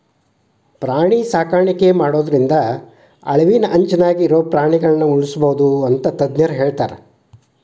ಪ್ರಾಣಿ ಸಾಕಾಣಿಕೆ ಮಾಡೋದ್ರಿಂದ ಅಳಿವಿನಂಚಿನ್ಯಾಗ ಇರೋ ಪ್ರಾಣಿಗಳನ್ನ ಉಳ್ಸ್ಬೋದು ಅಂತ ತಜ್ಞರ ಹೇಳ್ತಾರ